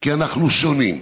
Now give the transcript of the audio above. כי אנחנו שונים,